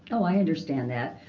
oh, i understand that.